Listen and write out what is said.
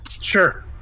Sure